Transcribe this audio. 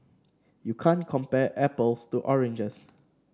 you can't compare apples to oranges